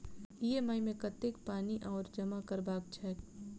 EMI मे कतेक पानि आओर जमा करबाक छैक?